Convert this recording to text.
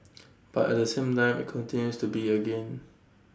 but at the same time IT continues to be A gain